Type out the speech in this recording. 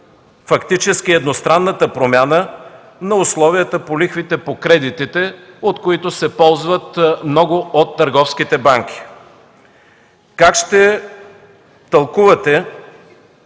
фактически едностранната промяна на условията по лихвите по кредитите, от които се ползват много от търговските банки? Как ще тълкувате